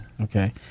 Okay